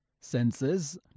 senses